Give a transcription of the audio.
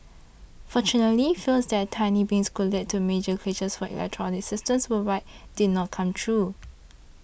fortunately fears that tiny blip could lead to major glitches for electronic systems worldwide did not come true